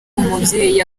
umubyeyi